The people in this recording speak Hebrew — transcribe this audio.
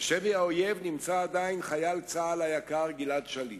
בשבי האויב נמצא עדיין חייל צה"ל היקר גלעד שליט.